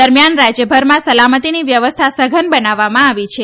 દરમ્યાન રાજ્યભરમાં સલામતીની વ્યવસ્થા સઘન બનાવવામાં આવી છે